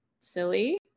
silly